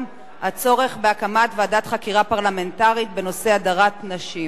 עברה את הקריאה הטרומית ותעבור לוועדת העבודה,